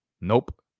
nope